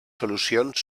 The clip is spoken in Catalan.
solucions